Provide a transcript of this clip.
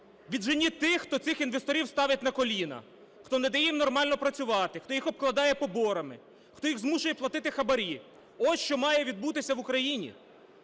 відженіть тих, хто цих інвесторів ставить на коліна, хто не дає їм нормально працювати, хто їх обкладає поборами, хто їх змушує платити хабарі – ось що має відбутися в Україні.